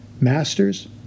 Masters